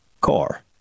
car